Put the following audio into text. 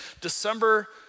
December